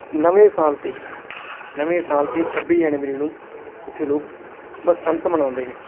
ਨਵੇਂ ਸਾਲ 'ਤੇ ਨਵੇਂ ਸਾਲ 'ਤੇ ਛੱਬੀ ਜਨਵਰੀ ਨੂੰ ਉੱਥੇ ਲੋਕ ਬਸੰਤ ਮਨਾਉਂਦੇ ਨੇ